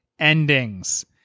endings